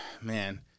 man